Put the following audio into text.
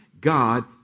God